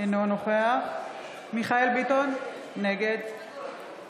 אינו נוכח מיכאל מרדכי ביטון, נגד דוד